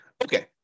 Okay